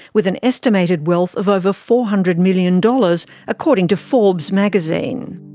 with an estimated wealth of over four hundred million dollars, according to forbes magazine.